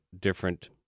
different